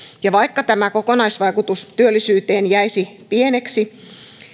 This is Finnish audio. vaikka tämä kokonaisvaikutus työllisyyteen jäisi pieneksi